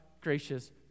gracious